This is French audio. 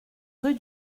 rue